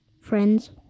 Friends